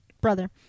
Brother